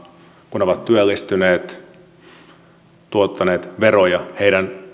kun ovat työllistyneet tuottaneet veroja heidän